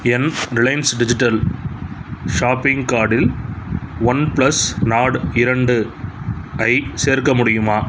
என் Reliance Digital shopping கார்ட்டில் OnePlus Nord இரண்டு ஐ சேர்க்க முடியுமா